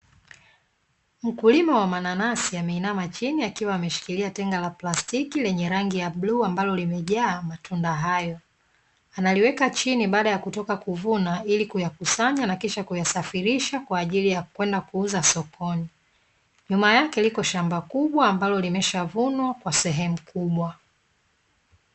Mkulima wa mananasi ameinama chini akiwa ameshikilia tenga la plastiki lenye rangi ya bluu ambalo limejaa matunda hayo, ameweka chini baada ya kutoka kuvuna ili kukusanya na kisha kuyasafirisha kwajili ya kenda kuuza sokoni. Nyuma yake liko shamba kubwa ambalo limeshavunwa kwa sehemu kubwa.